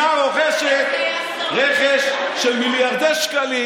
נראה לכם שהמדינה רוכשת רכש של מיליארדי שקלים